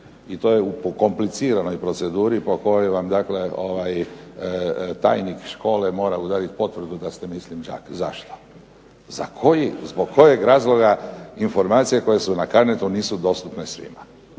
i to je u kompliciranoj proceduri po kojoj vam tajnik škole mora udariti potvrdu da ste đak. Zašto? Zbog kojeg razloga informacije koje su na Carnetu nisu dostupne svima.